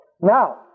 Now